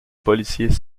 policiers